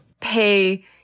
pay